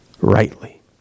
rightly